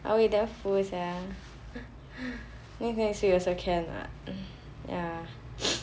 I'll be damn full sia next next week also can lah ya